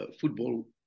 football